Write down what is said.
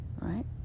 Right